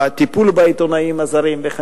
גם בתנאים הפיזיים של